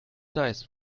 dice